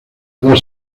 dos